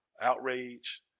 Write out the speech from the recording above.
outrage